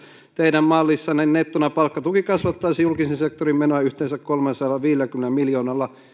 teidän mallissanne nettona palkkatuki kasvattaisi julkisen sektorin menoja yhteensä kolmellasadallaviidelläkymmenellä miljoonalla